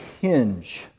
hinge